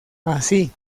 así